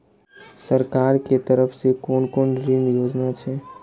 सरकार के तरफ से कोन कोन ऋण योजना छै?